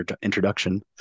introduction